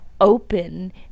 open